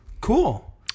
cool